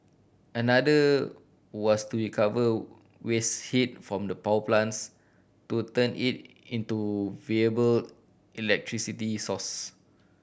another was to recover waste heat from the power plants to turn it into viable electricity source